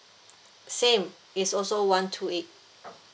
same is also one two eight